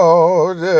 Lord